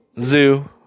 zoo